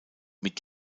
mit